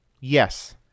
Yes